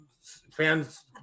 fans